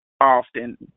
often